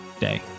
day